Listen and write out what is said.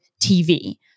TV